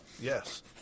Yes